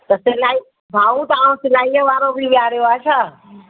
त सिलाई भाऊ सिलाई वारो बि विहारियो आहे छा